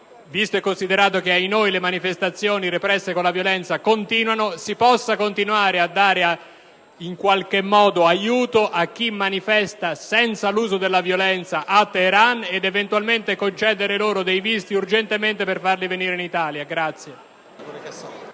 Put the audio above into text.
visto e considerato che - ahinoi - le manifestazioni represse con la violenza proseguono, si possa continuare a dare in qualche modo aiuto a chi manifesta senza l'uso della violenza a Teheran ed eventualmente concedere dei visti urgentemente per farli venire in Italia. **Per